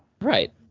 Right